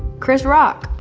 chris rock.